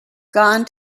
gone